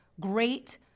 great